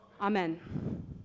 Amen